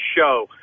show